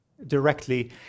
directly